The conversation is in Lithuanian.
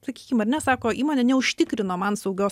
sakykim ar ne sako įmonė neužtikrino man saugios